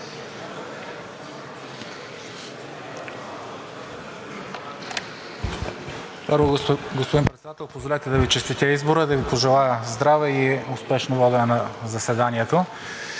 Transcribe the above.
Първо, господин Председател, позволете да Ви честитя избора, да Ви пожелая здраве и успешно водене на заседанията